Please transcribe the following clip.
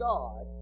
God